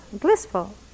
blissful